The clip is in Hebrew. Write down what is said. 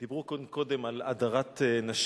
דיברו כאן קודם על הדרת נשים,